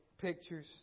pictures